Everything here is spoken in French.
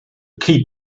clip